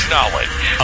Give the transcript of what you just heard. Knowledge